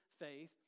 faith